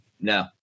No